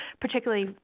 particularly